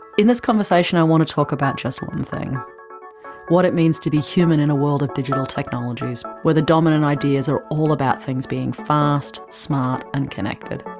in this boyer conversation, i want to talk about just one thing what it means to be human in a world of digital technologies, where the dominant ideas are all about things being fast, smart, and connected.